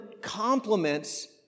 complements